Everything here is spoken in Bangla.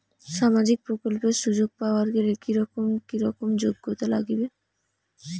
সামাজিক প্রকল্পের সুযোগ পাবার গেলে কি রকম কি রকম যোগ্যতা লাগিবে?